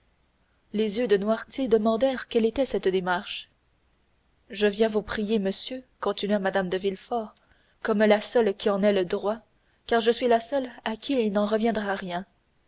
les yeux de noirtier demandèrent quelle était cette démarche je viens vous prier monsieur continua mme de villefort comme la seule qui en ait le droit car je suis la seule à qui il n'en reviendra rien